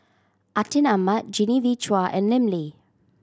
Atin Amat Genevieve Chua and Lim Lee